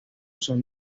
son